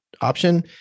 option